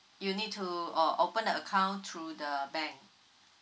you need to o~ open the account through the bank